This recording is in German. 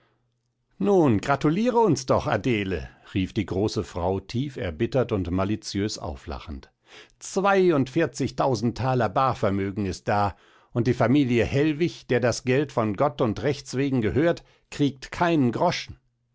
nun gratuliere uns doch adele rief die große frau tief erbittert und maliziös auflachend zweiundvierzigtausend thaler barvermögen ist da und die familie hellwig der das geld von gott und rechts wegen gehört kriegt keinen groschen